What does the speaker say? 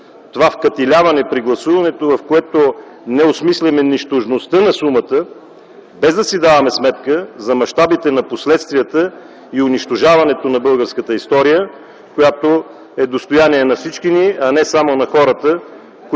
това вкатиляване при гласуването, в което не осмисляме нищожността на сумата, без да си даваме сметка за мащабите на последствията и унищожаването на българската история, която е достояние на всички ни, а не само на хората,